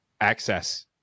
Access